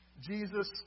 Jesus